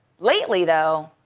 lately, though,